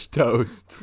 toast